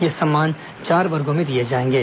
ये सम्मान चार वर्गों में दिए जाएंगे